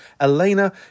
Elena